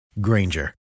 Granger